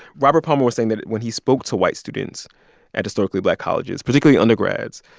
robert palmer was saying that when he spoke to white students at historically black colleges, particularly undergrads,